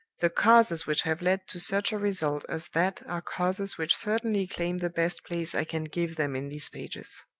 the causes which have led to such a result as that are causes which certainly claim the best place i can give them in these pages.